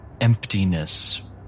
emptiness